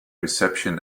reception